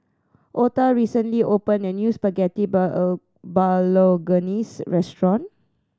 Otha recently opened a new Spaghetti Bolognese restaurant